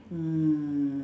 mm